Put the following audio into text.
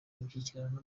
imishyikirano